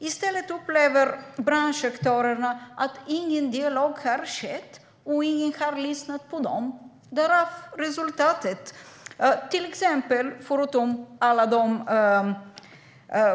I stället upplever branschaktörerna att ingen dialog har skett och att ingen har lyssnat på dem - därför har det blivit det här resultatet.